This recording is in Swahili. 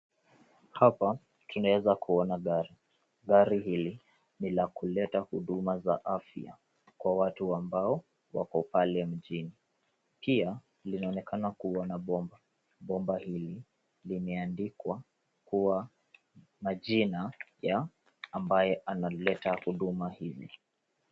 Hapa tunaweza kuona gari. Gari hili ni la kuleta huduma za afya kwa watu ambao wako pale mjini. Pia linaonekana kuwa na bomba. Bomba hili limeandikwa kwa majina ya ambaye analeta huduma hizi.